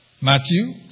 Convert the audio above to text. Matthew